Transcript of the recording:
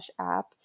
app